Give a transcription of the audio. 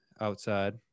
outside